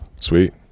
Sweet